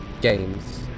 games